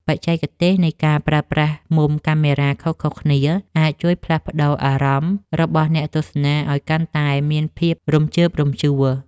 បច្ចេកទេសនៃការប្រើប្រាស់មុំកាមេរ៉ាខុសៗគ្នាអាចជួយផ្លាស់ប្តូរអារម្មណ៍របស់អ្នកទស្សនាឱ្យកាន់តែមានភាពរំជើបរំជួល។